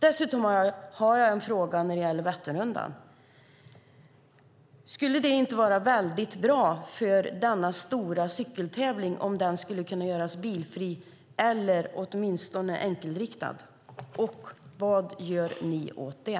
Dessutom har jag en fråga när det gäller Vätternrundan. Skulle det inte vara väldigt bra för denna stora cykeltävling om den skulle kunna göras bilfri, eller åtminstone enkelriktad. Vad gör ni åt det?